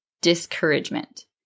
Discouragement